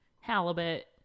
halibut